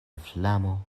flamo